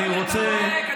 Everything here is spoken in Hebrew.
אני רוצה,